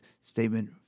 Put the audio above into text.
statement